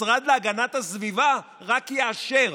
והמשרד להגנת הסביבה רק יאשר.